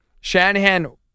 Shanahan